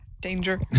Danger